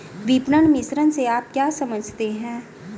विपणन मिश्रण से आप क्या समझते हैं?